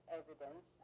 evidence